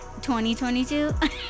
2022